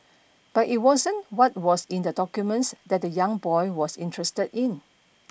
but it wasn't what was in the documents that the young boy was interested in